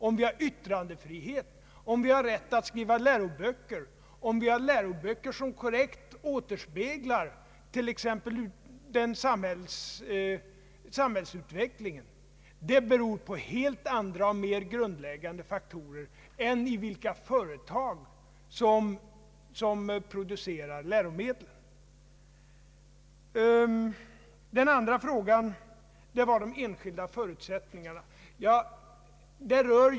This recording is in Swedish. Om vi har yttrandefrihet, om vi har rätt att skriva läroböcker, om vi har läroböcker som korrekt återspeglar t.ex. samhällsutvecklingen, det beror på helt andra och mer grundläggande faktorer än vilka företag som producerar läromedlen. Den andra frågan gällde de enskilda förutsättningarna.